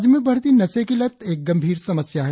राज्य में बढ़ती नशे की लत एक गंभीर समस्या है